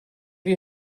you